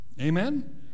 Amen